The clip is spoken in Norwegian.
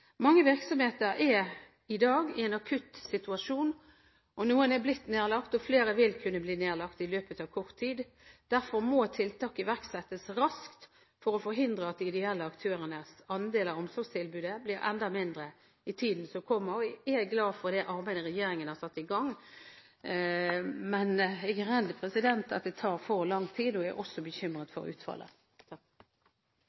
Mange virksomheter er i dag i en akutt situasjon, noen er blitt nedlagt, og flere vil kunne bli nedlagt i løpet av kort tid. Derfor må tiltak iverksettes raskt for å forhindre at de ideelle aktørenes andel av omsorgstilbudet blir enda mindre i tiden som kommer. Jeg er glad for det arbeidet regjeringen har satt i gang, men jeg er redd for at det tar for lang tid. Jeg er også bekymret